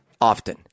often